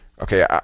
Okay